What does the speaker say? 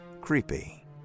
Creepy